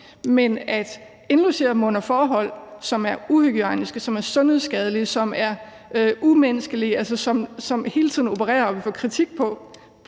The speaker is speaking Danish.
Men at indlogere dem under forhold, som er uhygiejniske, sundhedsskadelige og umenneskelige, og som vi hele tiden får kritik for